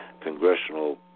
Congressional